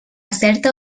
certa